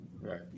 Right